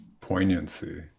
poignancy